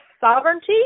sovereignty